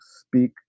speak